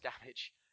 damage